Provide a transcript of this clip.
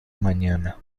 mañana